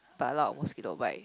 but a lot of mosquito bites